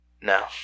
No